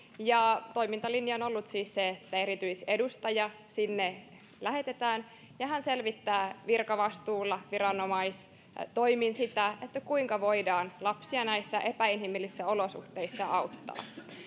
ja toimintalinja on ollut siis se että erityisedustaja sinne lähetetään ja hän selvittää virkavastuulla viranomaistoimin sitä kuinka voidaan lapsia näissä epäinhimillisissä olosuhteissa auttaa